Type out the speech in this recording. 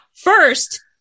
First